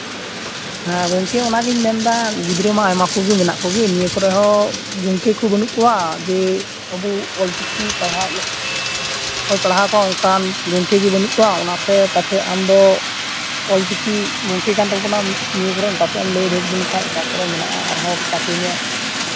ᱦᱮᱸ ᱜᱚᱢᱠᱮ ᱚᱱᱟᱜᱤᱧ ᱢᱮᱱᱫᱟ ᱜᱤᱫᱽᱨᱟᱹ ᱢᱟ ᱟᱭᱢᱟ ᱠᱚᱜᱮ ᱢᱮᱱᱟᱜ ᱠᱚᱜᱮ ᱱᱤᱭᱟᱹ ᱠᱚᱨᱮ ᱦᱚᱸ ᱜᱚᱢᱠᱮ ᱠᱚ ᱵᱟᱹᱱᱩᱜ ᱠᱚᱣᱟ ᱫᱤᱭᱮ ᱟᱵᱚ ᱚᱞᱪᱤᱠᱤ ᱯᱟᱲᱦᱟᱣ ᱚᱠᱚᱭ ᱯᱟᱲᱦᱟᱣ ᱠᱚᱣᱟ ᱚᱱᱠᱟᱱ ᱜᱚᱢᱠᱮ ᱜᱮ ᱵᱟᱹᱱᱩᱜ ᱠᱚᱣᱟ ᱚᱱᱟᱛᱮ ᱯᱟᱥᱮᱡ ᱟᱢᱫᱚ ᱚᱞᱪᱤᱠᱤ ᱜᱚᱢᱠᱮ ᱠᱟᱱ ᱛᱟᱵᱚᱱᱟᱢ ᱱᱤᱭᱟ ᱠᱚᱨᱮ ᱯᱟᱥᱮᱡ ᱮᱢ ᱞᱟᱹᱭ ᱫᱟᱲᱮᱣᱟᱵᱚᱱ ᱠᱷᱟᱱ ᱚᱠᱟ ᱠᱚᱨᱮᱫ ᱢᱮᱱᱟᱜᱼᱟ ᱟᱨᱦᱚᱸ ᱵᱷᱟᱞᱮ ᱧᱚᱜ